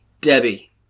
Debbie